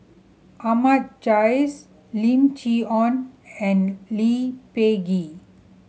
Ahmad Jais Lim Chee Onn and Lee Peh Gee